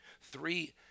Three